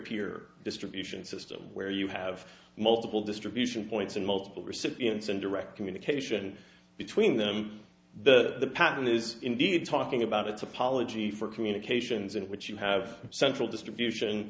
peer distribution system where you have multiple distribution points and multiple recipients and direct communication between them the pattern is indeed talking about its apology for communications in which you have central distribution